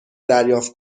دریافت